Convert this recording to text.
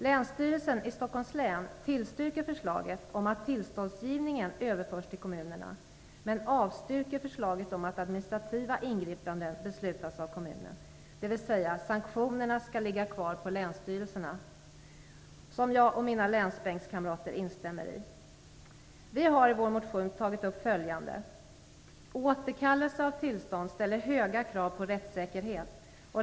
Länsstyrelsen i Stockholms län tillstyrker förslaget om att tillståndsgivningen överförs till kommunerna men avstyrker förslaget om att administrativa ingripanden skall beslutas av kommunen, dvs. att sanktionerna skall ligga kvar på länsstyrelsen. Detta instämmer jag och mina länsbänkskamrater i. Vi har i vår motion tagit upp följande: Återkallelse av tillstånd ställer höga krav på rättssäkerhet.